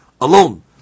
alone